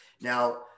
now